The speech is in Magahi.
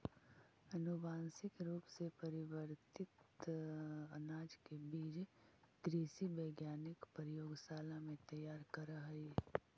अनुवांशिक रूप से परिवर्तित अनाज के बीज कृषि वैज्ञानिक प्रयोगशाला में तैयार करऽ हई